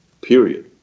period